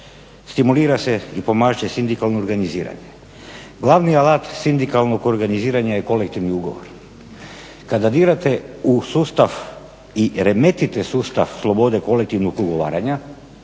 Stimulira se i pomaže sindikalno organiziranje. Glavni alat sindikalnog organiziranja je kolektivni ugovor. Kada dirate u sustav i remetite sustav slobode kolektivnog ugovaranja